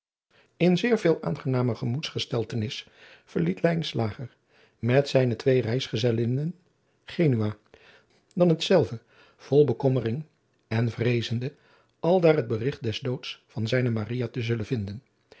in zeer veel aangenamer gemoedsgesteltenis verliet lijnslager met zijne twee reisgezellinnen genua dan hij hetzelve vol bekommering en vreezende aldaar het berigt des doods van zijne maria te zullen vinden